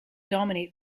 dominate